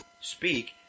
speak